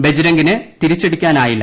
ബജ്രംഗിന് തിരിച്ചടിക്കാനായില്ല